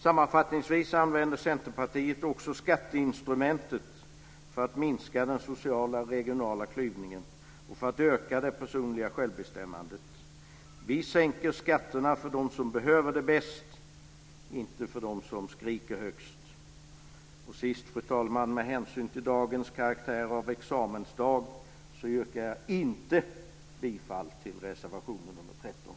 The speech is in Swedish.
Sammanfattningsvis använder Centerpartiet också skatteinstrumentet för att minska den sociala och regionala klyvningen och för att öka det personliga självbestämmandet. Vi sänker skatterna för dem som bäst behöver det, inte för dem som skriker högst. Fru talman! Men hänsyn till dagens karaktär av examensdag yrkar jag inte bifall till reservation nr 13.